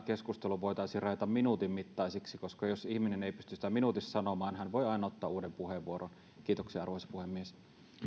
keskustelut voitaisiin rajata minuutin mittaisiksi koska jos ihminen ei pysty sitä minuutissa sanomaan hän voi aina ottaa uuden puheenvuoron kiitoksia arvoisa puhemies